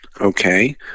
Okay